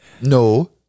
no